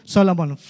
Solomon